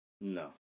No